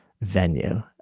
venue